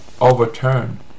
overturn